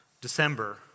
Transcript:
December